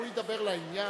לדבר לעניין.